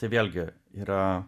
tai vėlgi yra